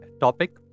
topic